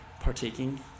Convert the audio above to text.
partaking